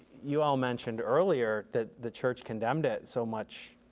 y'all mentioned earlier that the church condemned it so much,